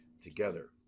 together